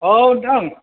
औ नोंथां